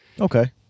okay